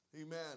Amen